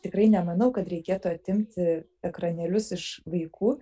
tikrai nemanau kad reikėtų atimti ekranėlius iš vaikų